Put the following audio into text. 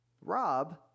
Rob